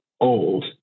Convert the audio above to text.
old